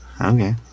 Okay